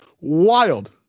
wild